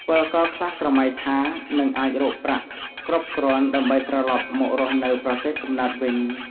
ពលករខ្លះស្រមៃថានឹងអាចរកប្រាក់គ្រប់គ្រាន់ដើម្បីត្រឡប់មករស់នៅប្រទេសកំណើតវិញ។